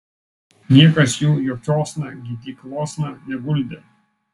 niekas jų jokiosna gydyklosna neguldė